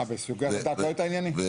אה, והסוגייה הדת לא הייתה עניינית?